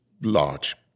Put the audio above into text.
large